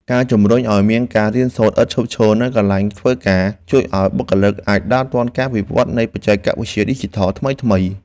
ការជំរុញឱ្យមានការរៀនសូត្រឥតឈប់ឈរនៅកន្លែងធ្វើការ ជួយឱ្យបុគ្គលិកអាចដើរទាន់ការវិវត្តនៃបច្ចេកវិទ្យាឌីជីថលថ្មីៗ។